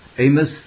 Amos